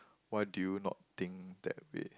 why did you not think that way